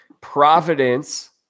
Providence